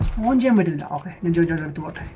to engender to and um engender and toward